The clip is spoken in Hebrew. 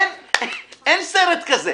אין סרט כזה.